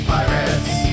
Pirates